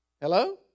Hello